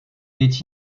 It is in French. est